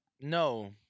No